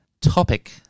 topic